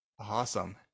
awesome